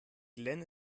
glenn